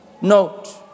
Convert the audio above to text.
Note